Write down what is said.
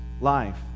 life